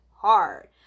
hard